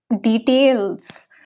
details